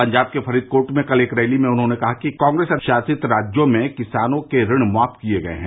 पंजाब के फरीदकोट में कल एक रैली में उन्होंने कहा कि कांग्रेस शासित राज्यों में किसानों के ऋण माफ कर दिए गए हैं